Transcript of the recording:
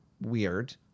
weird